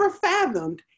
fathomed